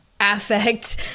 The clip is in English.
affect